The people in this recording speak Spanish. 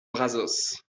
brazos